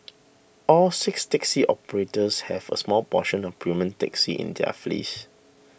all six taxi operators have a small portion of premium taxis in their fleets